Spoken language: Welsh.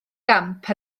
gamp